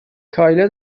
کایلا